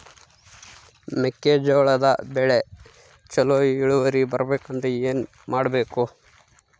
ಮೆಕ್ಕೆಜೋಳದ ಬೆಳೆ ಚೊಲೊ ಇಳುವರಿ ಬರಬೇಕಂದ್ರೆ ಏನು ಮಾಡಬೇಕು?